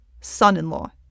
son-in-law